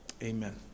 Amen